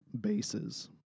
bases